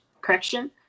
correction